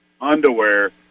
underwear